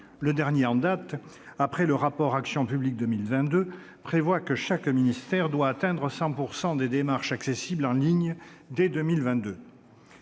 programme en date, après le rapport Action publique 2022, prévoit que chaque ministère doit atteindre 100 % des démarches accessibles en ligne dès 2022.